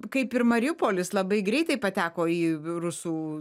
kaip ir mariupolis labai greitai pateko į rusų